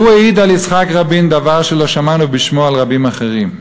העיד על יצחק רבין דבר שלא שמענו בשמו על רבים אחרים.